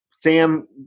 Sam